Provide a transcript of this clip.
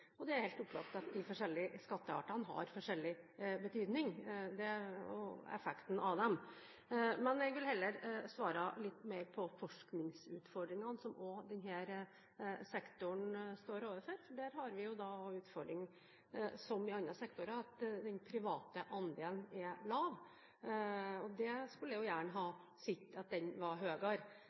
Det er helt opplagt at de forskjellige skatteartene har forskjellig betydning og at effekten av dem er forskjellig. Jeg vil heller svare litt mer på det som gjelder forskningsutfordringene som denne sektoren også står overfor. Som i alle sektorer er det en utfordring at den private andelen er lav. Jeg skulle gjerne sett at den var